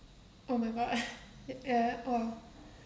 oh my god it uh oh